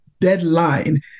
deadline